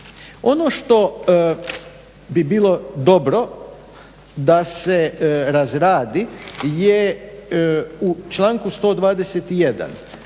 Ono što bi bilo dobro da se razradi je u članku 121.